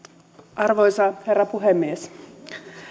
arvoisa herra puhemies